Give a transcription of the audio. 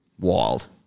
Wild